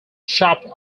chopped